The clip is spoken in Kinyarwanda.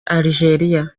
algeria